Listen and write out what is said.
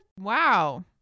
Wow